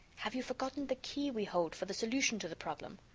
have you forgotten the key we hold for the solution to the problem?